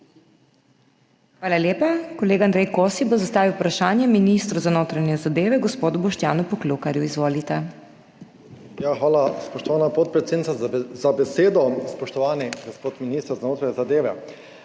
Hvala lepa. Kolega Andrej Kosi bo zastavil vprašanje ministru za notranje zadeve, gospodu Boštjanu Poklukarju. Izvolite. **ANDREJ KOSI (PS SDS):** Hvala, spoštovana podpredsednica, za besedo. Spoštovani gospod minister za notranje zadeve!